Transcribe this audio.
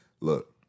look